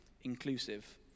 inclusive